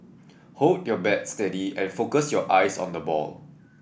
hold your bat steady and focus your eyes on the ball